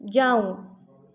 जाऊ